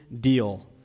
deal